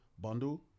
Bundle